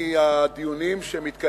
יציג את הדיון חבר הכנסת חיים